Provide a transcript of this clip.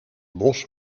bos